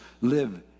live